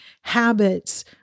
habits